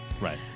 right